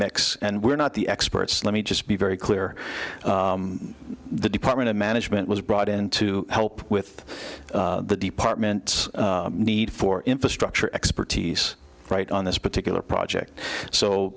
mix and we're not the experts let me just be very clear the department of management was brought in to help with the department need for infrastructure expertise right on this particular project so